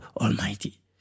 Almighty